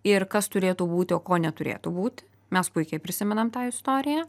ir kas turėtų būti o ko neturėtų būti mes puikiai prisimenam tą istoriją